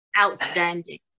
Outstanding